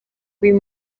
uyu